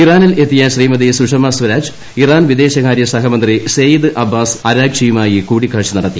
ഇറാനിൽ എത്തിയ ശ്രീമതി സുഷമസ്വരാജ് ഇറാൻ വിദേശകാര്യ സഹമന്ത്രി സയ്ദ് അബ്ബാസ് അരാഗ്ചിയുമായി കൂടിക്കാഴ്ച നടത്തി